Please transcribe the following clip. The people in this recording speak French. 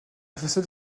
façade